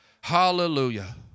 Hallelujah